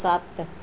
ਸੱਤ